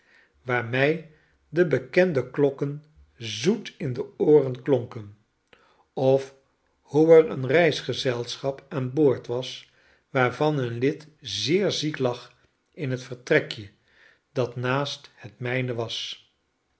mij de bekenden klokken zoet in de ooren klonken of hoe er een reisgezelschap aan boord was waarvan een lid zeer ziek lag in het vertrekje dat naast het mijne was